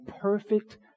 perfect